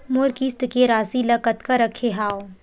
मोर किस्त के राशि ल कतका रखे हाव?